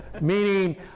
Meaning